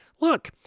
Look